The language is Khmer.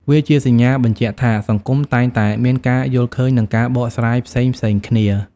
វាជាសញ្ញាបញ្ជាក់ថាសង្គមតែងតែមានការយល់ឃើញនិងការបកស្រាយផ្សេងៗគ្នា។